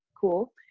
cool